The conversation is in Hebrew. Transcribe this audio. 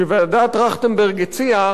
שוועדת-טרכטנברג הציעה,